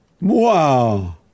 Wow